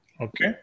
Okay